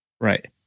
right